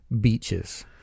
beaches